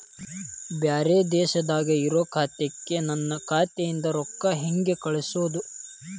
ಬ್ಯಾರೆ ದೇಶದಾಗ ಇರೋ ಖಾತಾಕ್ಕ ನನ್ನ ಖಾತಾದಿಂದ ರೊಕ್ಕ ಹೆಂಗ್ ಕಳಸೋದು?